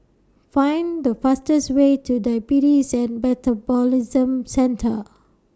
Find The fastest Way to Diabetes and Metabolism Centre